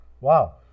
Wow